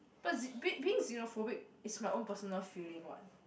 but xe~ be~ being xenophobic is my own personal feeling what